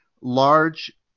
large